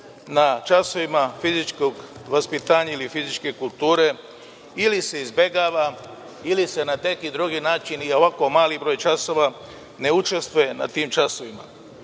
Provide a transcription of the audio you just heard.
na časovima fizičkog vaspitanja ili fizičke kulture, ili se izbegava, ili se na neki drugi način i na ovako malom broj časova ne učestvuje. Da bi nacija,